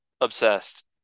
obsessed